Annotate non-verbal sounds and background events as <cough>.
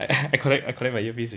<laughs> I connect I connect my earpiece